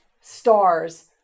stars